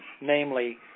namely